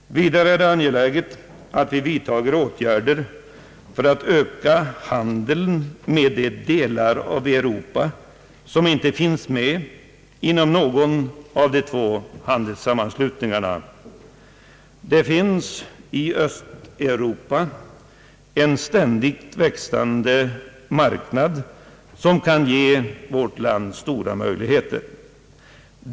Vidare är det angeläget att vi vidtager åtgärder för att öka handeln med de delar av Europa som inte finns med inom någon av de två handelssammanslutningarna. Det finns i Östeuropa en ständigt växande marknad, som kan ge vårt land stora möjligheter.